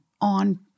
on